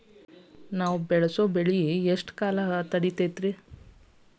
ನಾವು ಬೆಳಸೋ ಬೆಳಿ ಎಷ್ಟು ಕಾಲ ತಡೇತೇತಿ?